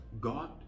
God